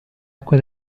acque